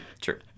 true